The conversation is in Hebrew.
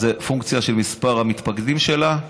זה פונקציה של מספר המתפקדים שלה,